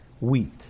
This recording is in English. wheat